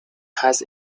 has